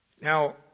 Now